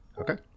Okay